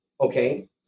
Okay